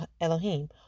Elohim